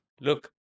look